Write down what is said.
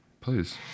please